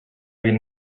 vint